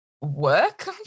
work